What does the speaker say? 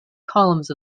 columns